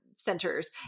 centers